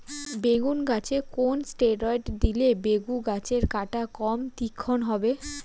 বেগুন গাছে কোন ষ্টেরয়েড দিলে বেগু গাছের কাঁটা কম তীক্ষ্ন হবে?